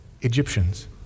Egyptians